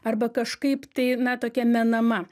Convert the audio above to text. arba kažkaip tai ir na tokia menama